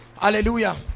hallelujah